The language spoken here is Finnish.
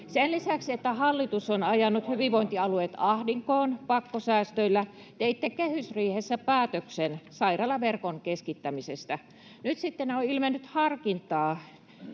Sen lisäksi, että hallitus on ajanut hyvinvointialueet ahdinkoon pakkosäästöillä, teitte kehysriihessä päätöksen sairaalaverkon keskittämisestä. Nyt sitten on ilmennyt harkintaa